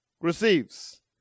receives